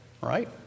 right